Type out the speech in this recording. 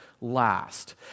last